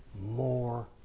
more